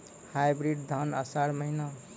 Hybrid धान आषाढ़ महीना?